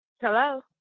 Hello